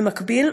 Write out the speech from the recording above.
במקביל,